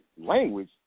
language